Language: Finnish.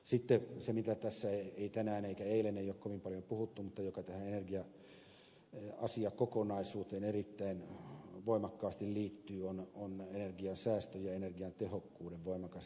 sitten se mistä tässä ei tänään eikä eilen ole kovin paljon puhuttu mutta joka tähän energia asiakokonaisuuteen erittäin voimakkaasti liittyy on energiansäästö ja energiatehokkuuden voimakas edistäminen